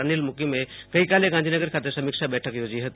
અનિલ મૂકીમે ગાંધીનગર ખાતે સમીક્ષા બેઠક યોજી હતી